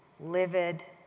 livid,